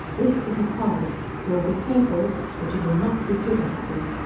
this is a parley! you will be careful. but you will not be trigger-happy!